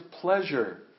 pleasure